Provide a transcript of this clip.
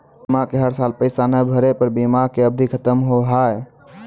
बीमा के हर साल पैसा ना भरे पर बीमा के अवधि खत्म हो हाव हाय?